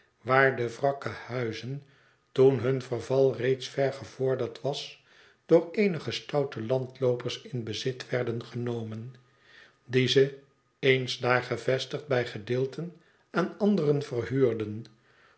waar de wrakke huizen toen hun verval reeds ver gevorderd was door eenige stoute landloopers in bezit werden genomen die ze eens daar gevestigd bij gedeelten aan anderen verhuurden